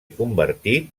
convertit